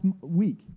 week